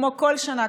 כמו כל שנה,